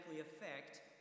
affect